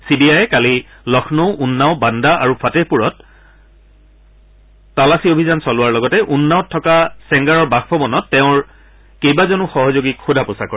C বি আইয়ে কালি লক্ষ্ণৌ উন্নাও বান্দা আৰু ফাটেহপুৰত আৰু তালাচী অভিযান চলোৱাৰ লগতে উন্নাওত থকা ছেংগাৰৰ বাসভৱনত তেওঁৰ কেইবাজনো সহযোগীক সোধা পোচা কৰে